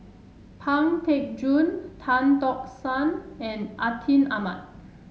Pang Teck Joon Tan Tock San and Atin Amat